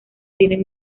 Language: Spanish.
tienen